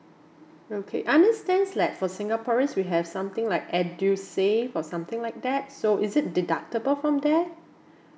okay understand like for singaporeans we have something like edusave or something like that so is it deductible from there